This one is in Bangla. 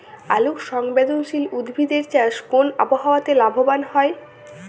আলোক সংবেদশীল উদ্ভিদ এর চাষ কোন আবহাওয়াতে লাভবান হয়?